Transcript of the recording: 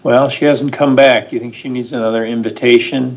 well she hasn't come back you think she needs another invitation